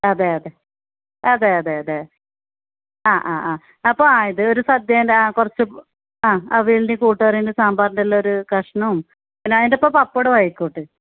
അതെ അതെ അതെ അതെ അതെ ആ ആ ആ അപ്പോൾ ഇത് ഒരു സദ്യൻ്റെ ആ കുറച്ച് ആ അവിയലിൻ്റെ കുട്ട് കറിൻ്റെ സാമ്പാറിൻ്റെ എല്ലാ ഒരു കഷ്ണവും പിന്നെ അതിൻ്റെ ഒപ്പം പപ്പടവും ആയിക്കോട്ടെ